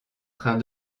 train